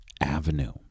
avenue